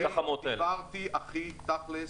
דיברתי הכי תכלס.